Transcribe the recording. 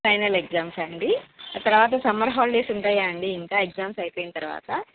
final exams అండి ఆ తర్వాత సమ్మర్ హాలిడేస్ ఉంటాయా అండి ఇంకా ఎగ్జామ్స్ అయిపోయిన తర్వాత